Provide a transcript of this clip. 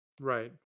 Right